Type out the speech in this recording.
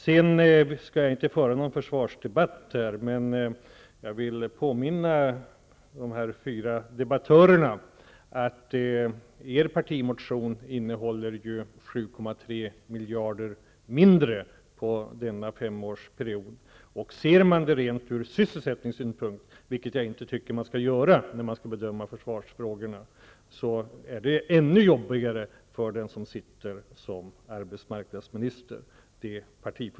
Jag skall inte föra någon försvarsdebatt, men jag vill påminna de fyra debattörerna om att deras partimotion innehåller 7,3 miljarder mindre under denna femårsperiod. Ser man det ur ren sysselsättningssynpunkt -- vilket jag inte tycker att man skall göra när man skall bedöma försvarsfrågorna -- är det förslaget ännu jobbigare för den som sitter som arbetsmarknadsminister.